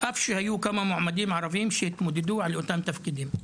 אף שהיו כמה מועמדים ערבים שהתמודדו על אותם תפקידים.